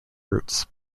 roots